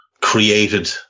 created